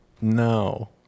no